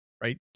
right